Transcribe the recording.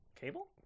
Cable